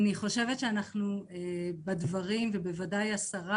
אני חושבת שאנחנו בדברים ובוודאי השרה,